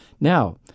Now